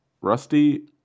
Rusty